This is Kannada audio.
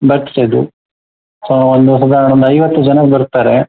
ಬರ್ಥಡೇದು ಸೊ ಒಂದು ಸಧಾರಣ ಒಂದು ಐವತ್ತು ಜನ ಬರ್ತಾರೆ